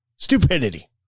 Stupidity